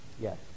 Yes